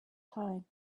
time